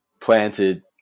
planted